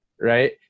right